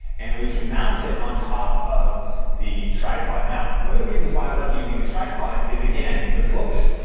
and we can mount it on top of the tripod. now, one of the reasons why i love using a tripod is, again, the books,